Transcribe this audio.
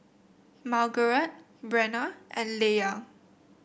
Margarette Brenna and Leia